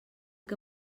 que